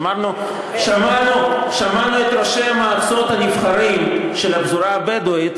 שמענו את ראשי המועצות הנבחרים של הפזורה הבדואית